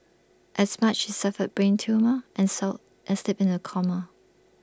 as much he suffered brain trauma and sold and slipped into A coma